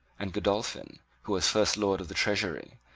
and godolphin, who was first lord of the treasury,